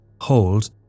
hold